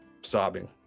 sobbing